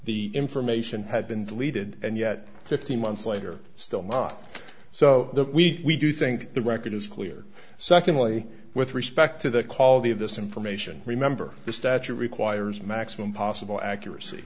the information had been deleted and yet fifteen months later still not so we do think the record is clear secondly with respect to the quality of this information remember the statute requires maximum